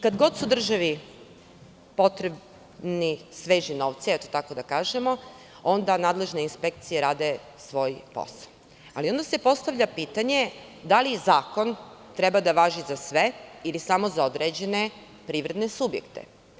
Kad god su državi potrebni sveži novci, tako da kažemo, onda nadležne inspekcije rade svoj posao, ali onda se postavlja pitanje da li zakon treba da važi za sve ili samo za određene privredne subjekte?